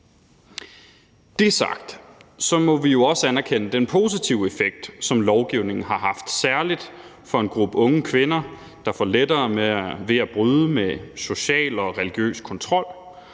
det sagt må vi jo også anerkende den positive effekt, som lovgivningen har haft, særlig for en gruppe unge kvinder, der får lettere ved at bryde med social og religiøs kontrol.